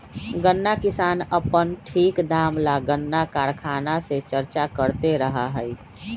गन्ना किसान अपन ठीक दाम ला गन्ना कारखाना से चर्चा करते रहा हई